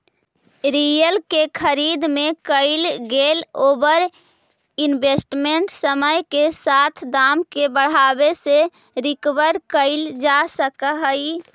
real के खरीद में कईल गेलई ओवर इन्वेस्टमेंट समय के साथ दाम के बढ़ावे से रिकवर कईल जा सकऽ हई